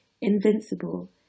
invincible